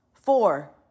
Four